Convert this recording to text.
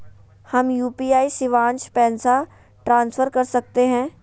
हम यू.पी.आई शिवांश पैसा ट्रांसफर कर सकते हैं?